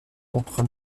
contre